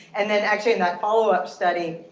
and then actually in that follow up study,